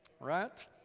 Right